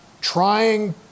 Trying